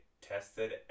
tested